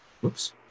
Whoops